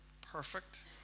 perfect